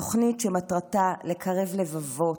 תוכנית שמטרתה לקרב לבבות,